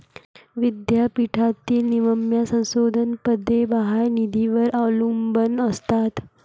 विद्यापीठातील निम्म्या संशोधन पदे बाह्य निधीवर अवलंबून असतात